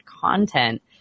content